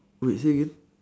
wait say again